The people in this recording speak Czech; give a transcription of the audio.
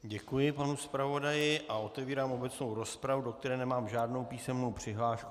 Děkuji panu zpravodaji a otevírám obecnou rozpravu, do které nemám žádnou písemnou přihlášku.